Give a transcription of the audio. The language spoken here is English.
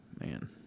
man